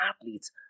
athletes